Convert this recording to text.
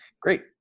Great